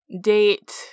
date